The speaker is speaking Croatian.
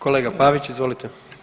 Kolega Pavić, izvolite.